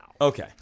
Okay